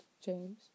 James